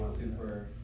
super